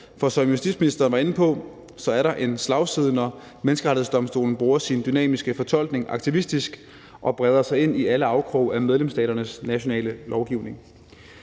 For som justitsministeren var inde på, er der en slagside, når Menneskerettighedsdomstolen bruger sin dynamiske fortolkning aktivistisk og breder sig ind i alle afkroge af medlemsstaternes nationale lovgivning.